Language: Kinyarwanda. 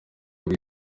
buri